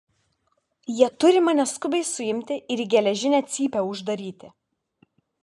jie turi mane skubiai suimti ir į geležinę cypę uždaryti